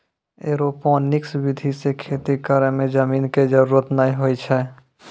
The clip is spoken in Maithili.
एरोपोनिक्स विधि सॅ खेती करै मॅ जमीन के जरूरत नाय होय छै